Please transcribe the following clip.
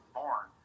born